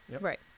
Right